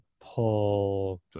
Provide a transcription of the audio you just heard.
pull –